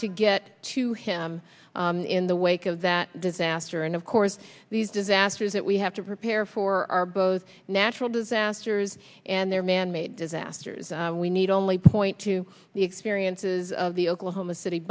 to get to him in the wake of that disaster and of course these disasters that we have to prepare for are both natural disasters and their manmade disasters we need only point to the experiences of the oklahoma city